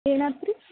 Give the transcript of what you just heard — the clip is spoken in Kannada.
ಏನಾತ್ರಿ